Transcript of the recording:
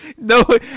no